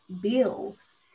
bills